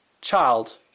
child